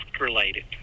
related